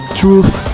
truth